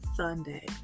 Sunday